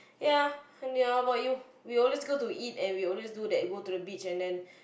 ya and then what about you we always go to eat and we always do that go to the beach and then